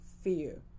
fear